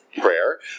prayer